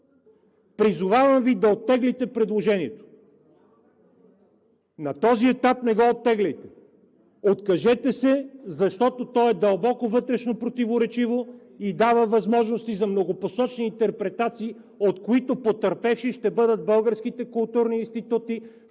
„Няма как на този етап!“) На този етап не го оттегляйте, откажете се, защото то е дълбоко вътрешно противоречиво и дава възможности за многопосочни интерпретации, от които потърпевши ще бъдат българските културни институти,